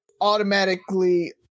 automatically